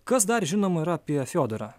kas dar žinoma yra apie fiodorą